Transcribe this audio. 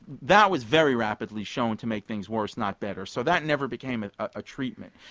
that was very rapidly shown to make things worse not better so that never became a treatment.